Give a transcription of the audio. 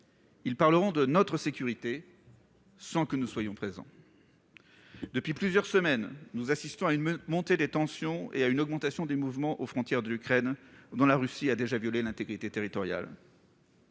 Ils parleront de notre sécurité, sans que nous soyons présents ... Depuis plusieurs semaines, nous assistons à une montée des tensions et à une augmentation des mouvements aux frontières de l'Ukraine, dont la Russie a déjà violé l'intégrité territoriale.